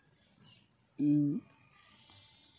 ᱤᱧ